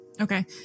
Okay